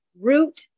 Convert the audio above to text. Root